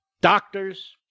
doctors